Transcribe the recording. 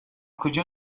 کجا